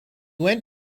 went